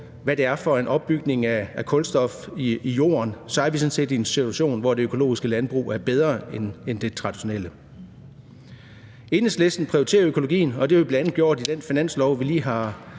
hvad det er for en opbygning af kulstof i jorden, der sker, at vi så er i en situation, hvor det økologiske landbrug er bedre end det traditionelle. Enhedslisten prioriterer økologien, og det har vi bl.a. gjort i den finanslovsaftale, vi har